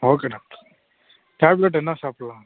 okay doctor tablet என்ன சாப்பிட்லாம்